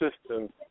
system